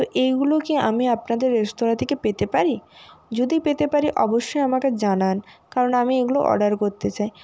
তো এইগুলো কি আমি আপনাদের রেস্তোরাঁ থেকে পেতে পারি যদি পেতে পারি অবশ্যই আমাকে জানান কারণ আমি এগুলো অর্ডার করতে চাই